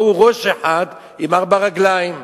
ראו ראש אחד עם ארבע רגליים.